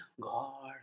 God